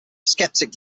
skeptic